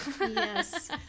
Yes